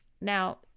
now